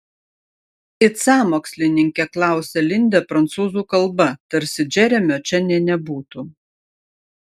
it sąmokslininkė klausia lindė prancūzų kalba tarsi džeremio čia nė nebūtų